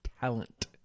Talent